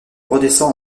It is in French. redescend